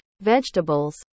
vegetables